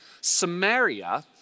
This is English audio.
Samaria